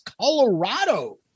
Colorado